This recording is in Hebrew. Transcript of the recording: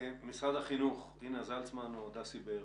משרד החינוך, אינה זלצמן או דסי בארי,